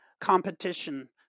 competition